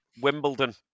Wimbledon